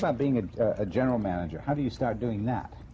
but being ah a general manager? how do you start doing that?